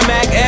Mac